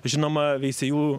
žinoma veisiejų